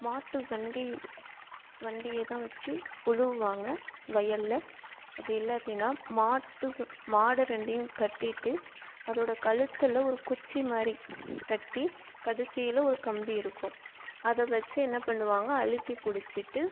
மாட்டுவண்டி வண்டியை தான் வச்சி உழுவாங்க வயல்ல அப்படி இல்லாட்டினா மாட்டு மாட ரெண்டையும் கட்டிட்டு அதோடய கழுத்தில் ஒரு குச்சி மாதிரி கட்டி கடசியில் ஒரு கம்பி இருக்கும் அதை வச்சி என்ன பண்ணுவாங்க அழுத்தி பிடிச்சிட்டு